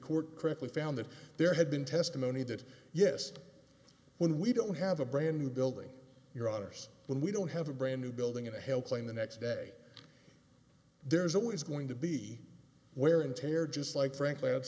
court correctly found that there had been testimony that yes when we don't have a brand new building your honour's when we don't have a brand new building in to help clean the next day there's always going to be wear and tear just like frankly i'